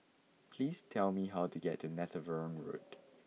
pease tell me how to get to Netheravon Road